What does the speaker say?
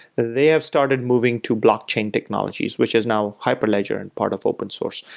they have started moving to blockchain technologies, which is now hyper-ledger and part of open source.